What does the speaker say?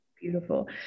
Beautiful